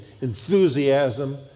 enthusiasm